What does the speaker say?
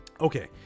Okay